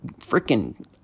freaking